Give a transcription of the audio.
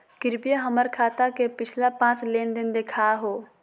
कृपया हमर खाता के पिछला पांच लेनदेन देखाहो